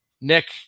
Nick